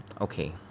okay